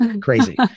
crazy